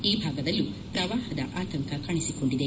ಈ ಭಾಗದಲ್ಲೂ ಪ್ರವಾಹದ ಆತಂಕ ಕಾಣಿಸಿಕೊಂಡಿದೆ